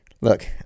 Look